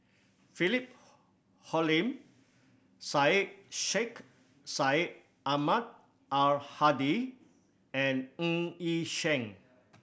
Philip Hoalim Syed Sheikh Syed Ahmad Al Hadi and Ng Yi Sheng